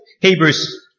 Hebrews